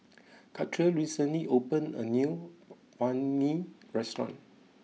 Katia recently opened a new Banh Mi restaurant